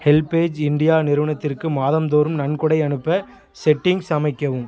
HelpAge India நிறுவனத்திற்கு மாதம்தோறும் நன்கொடை அனுப்ப செட்டிங்ஸ் அமைக்கவும்